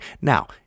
Now